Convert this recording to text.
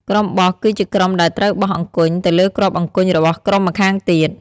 ក្រុមបោះ គឺជាក្រុមដែលត្រូវបោះអង្គញ់ទៅលើគ្រាប់អង្គញ់របស់ក្រុមម្ខាងទៀត ។